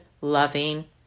loving